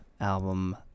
album